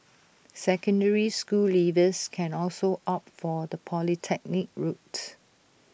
secondary school leavers can also opt for the polytechnic route